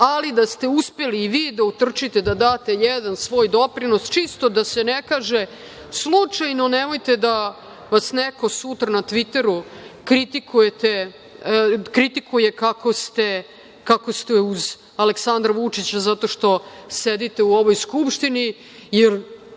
ali da ste uspeli i vi da utrčite da date jedan svoj doprinos, čisto da se ne kaže slučajno nemojte da vas neko sutra na Tviteru kritikuje kako ste uz Aleksandra Vučića, zato što sedite u ovoj Skupštini, jer